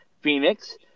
Phoenix